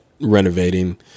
renovating